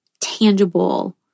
tangible